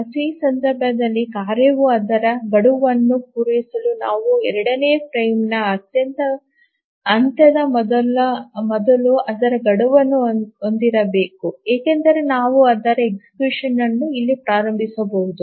ಮತ್ತು ಈ ಸಂದರ್ಭದಲ್ಲಿ ಕಾರ್ಯವು ಅದರ ಗಡುವನ್ನು ಪೂರೈಸಲು ನಾವು ಎರಡನೇ ಫ್ರೇಮ್ನ ಅಂತ್ಯದ ಮೊದಲು ಅದರ ಗಡುವನ್ನು ಹೊಂದಿರಬೇಕು ಏಕೆಂದರೆ ನಾವು ಅದರ executionಯನ್ನು ಇಲ್ಲಿ ಪ್ರಾರಂಭಿಸಬಹುದು